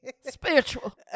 Spiritual